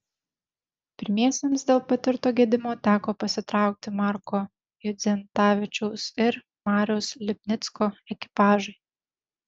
pirmiesiems dėl patirto gedimo teko pasitraukti marko judzentavičiaus ir mariaus lipnicko ekipažui